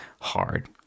hard